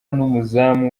n’umuzamu